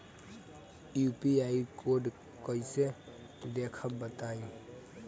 UPI code कैसे देखब बताई?